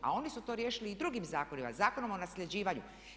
A oni su to riješili i drugim zakonima Zakonom o nasljeđivanju.